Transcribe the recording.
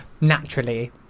naturally